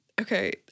Okay